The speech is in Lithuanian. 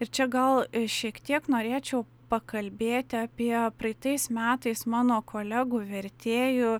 ir čia gal šiek tiek norėčiau pakalbėti apie praeitais metais mano kolegų vertėjų